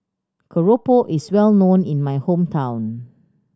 Keropok is well known in my hometown